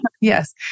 Yes